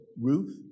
Ruth